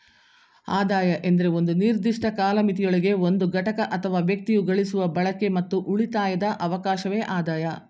ಆದಾಯ ಎಂದ್ರೆ ಒಂದು ನಿರ್ದಿಷ್ಟ ಕಾಲಮಿತಿಯೊಳಗೆ ಒಂದು ಘಟಕ ಅಥವಾ ವ್ಯಕ್ತಿಯು ಗಳಿಸುವ ಬಳಕೆ ಮತ್ತು ಉಳಿತಾಯದ ಅವಕಾಶವೆ ಆದಾಯ